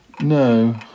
No